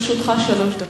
לרשותך שלוש דקות.